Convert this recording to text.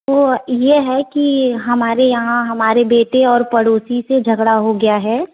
तो यह है कि हमारे यहाँ हमारे बेटे और पड़ोसी से झगड़ा हो गया है